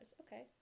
Okay